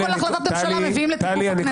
לא כל החלטת ממשלה מביאים לתיקוף הכנסת.